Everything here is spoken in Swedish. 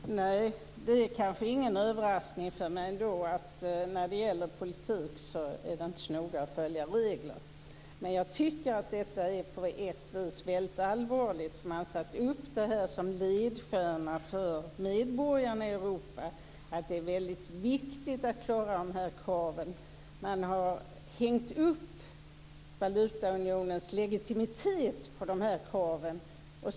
Fru talman! Nej, det är kanske ingen överraskning för mig att när det gäller politik är det inte så noga att följa regler. Men jag tycker att detta på ett vis är väldigt allvarligt. Man satte upp det här som ledstjärna för medborgarna i Europa; att det är väldigt viktigt att klara de här kraven. Man har hängt upp valutaunionens legitimitet på de här kraven.